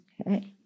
Okay